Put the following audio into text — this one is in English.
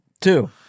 Two